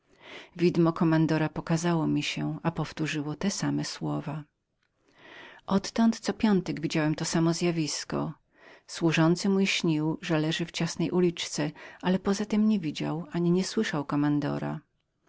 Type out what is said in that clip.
widmo kommandora pokazało mi się i powtórzyło te same słowa odtąd co piątek widziałem to samo zjawisko służący mój marzył że leżał w ciasnej uliczce ale wreszcie nie widział ani słyszał